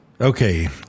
Okay